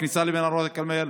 בכניסה למנהרות הכרמל,